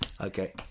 Okay